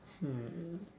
hmm